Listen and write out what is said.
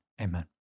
Amen